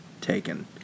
taken